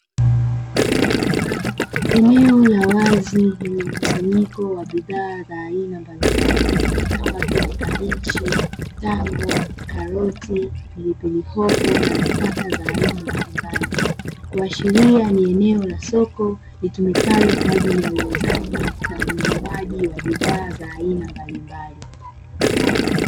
Eneo la wazi lenye mkusanyiko wa bidhaa za aina mbalimbali kama vile; kabichi, tango, karoti, pilipili hoho na nafaka za aina mbalimbali kuashiria ni eneo la soko litumikalo kwa ajili ya uuzaji na ununuaji wa bidhaa za aina mbalimbali.